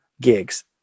gigs